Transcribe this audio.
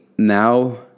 Now